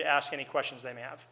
to ask any questions they may have